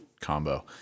combo